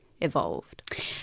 evolved